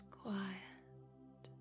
quiet